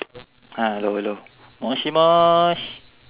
hello hello